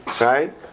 right